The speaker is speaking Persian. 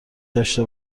داشته